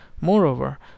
Moreover